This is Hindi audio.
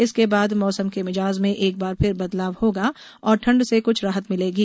इसके बाद मौसम के मिजाज में एक बार फिर बदलाव होगा और ठंड से कुछ राहत मिलेगी